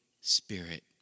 Spirit